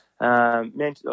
mental